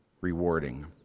rewarding